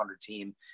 team